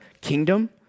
kingdom